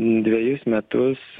dvejus metus